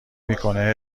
میکنه